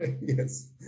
Yes